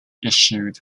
issued